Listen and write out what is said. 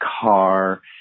car